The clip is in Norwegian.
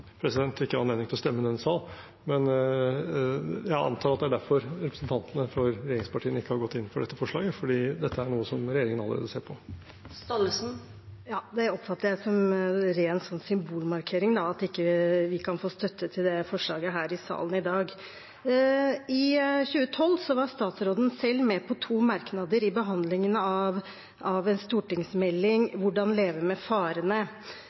antar at det er derfor representantene for regjeringspartiene ikke har gått inn for dette forslaget, fordi dette er noe som regjeringen allerede ser på. Da oppfatter jeg det som en ren symbolmarkering at vi ikke kan få støtte til det forslaget her i salen i dag. I 2012 var statsråden selv med på to merknader i behandlingen av stortingsmeldingen Hvordan leve med farene,